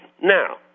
now